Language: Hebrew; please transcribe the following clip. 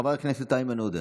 חבר הכנסת איימן עודה,